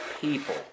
people